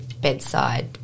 bedside